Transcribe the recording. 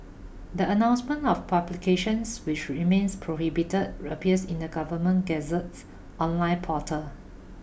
the announcement of publications which remain prohibited appears in the Government Gazette's online portal